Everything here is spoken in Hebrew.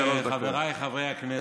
אדוני היושב-ראש, חבריי חברי הכנסת,